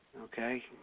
Okay